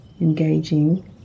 engaging